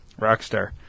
Rockstar